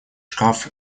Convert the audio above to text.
шкаф